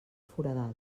foradada